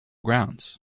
grounds